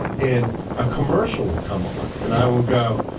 and a commercial will come on and i will go,